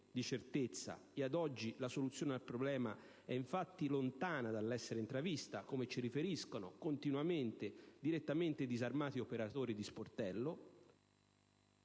di certezza. Ad oggi, la soluzione del problema è ancora lontana dall'essere intravista, come ci riferiscono continuamente e direttamente i disarmati operatori di sportello.